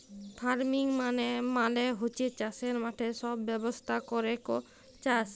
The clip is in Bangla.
ফার্মিং মালে হচ্যে চাসের মাঠে সব ব্যবস্থা ক্যরেক চাস